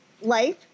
life